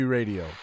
Radio